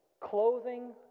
clothing